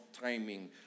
timing